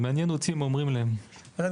אבל מעניין אותי מה אומרים להם.